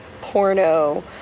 porno